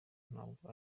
ntabwo